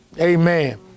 Amen